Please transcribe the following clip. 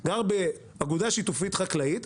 גר באגודה שיתופית חקלאית,